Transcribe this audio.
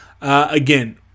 Again